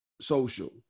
social